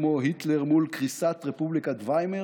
כמו היטלר מול קריסת רפובליקת ויימר